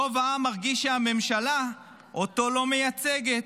רוב העם מרגיש שהממשלה אותו לא מייצגת.